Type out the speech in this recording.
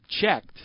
checked